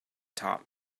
top